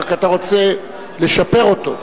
רק אתה רוצה לשפר אותו.